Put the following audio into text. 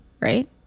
Right